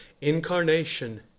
incarnation